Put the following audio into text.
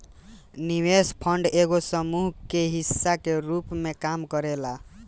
निवेश फंड एगो समूह के हिस्सा के रूप में काम करेला